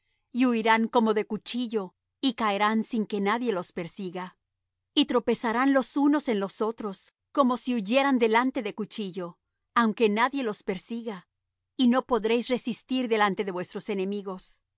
y huirán como de cuchillo y caerán sin que nadie los persiga y tropezarán los unos en los otros como si huyeran delante de cuchillo aunque nadie los persiga y no podréis resistir delante de vuestros enemigos